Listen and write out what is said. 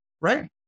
right